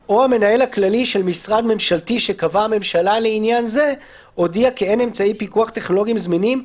כלומר, רק שתי שאלות מקדימות.